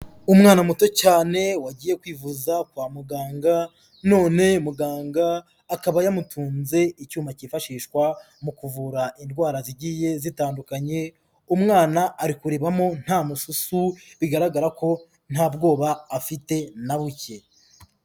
Umwana muto cyane wagiye kwivuza kwa muganga none muganga akaba yamutunze icyuma cyifashishwa mu kuvura indwara zigiye zitandukanye, umwana ari kurebamo nta mususu bigaragara ko nta bwoba afite na buke.